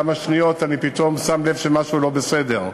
כמה שניות, אני פתאום שם לב שמשהו לא בסדר.